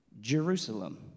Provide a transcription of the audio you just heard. Jerusalem